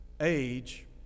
age